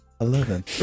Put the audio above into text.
Eleven